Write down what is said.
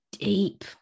deep